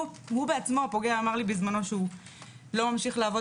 הוא הפוגע אמר לי שהוא לא ממשיך לעבוד